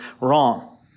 wrong